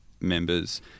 members